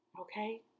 okay